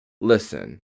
listen